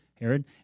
Herod